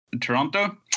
Toronto